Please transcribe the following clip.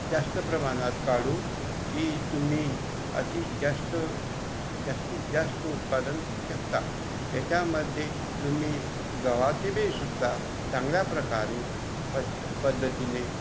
जास्त प्रमाणात काढून ती तुम्ही अति जास्त जास्तीत जास्त उत्पादन करू शकता त्याच्यामध्ये तुम्ही गव्हाचे बी सुद्धा चांगल्याप्रकारे पद पद्धतीने